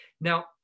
Now